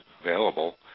available